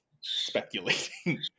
speculating